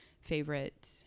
favorite